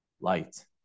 Light